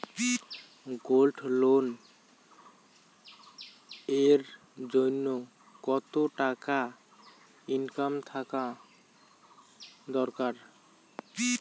Gold loan এর জইন্যে কতো টাকা ইনকাম থাকা দরকার?